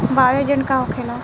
Bio agent का होखेला?